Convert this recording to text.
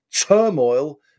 turmoil